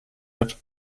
hat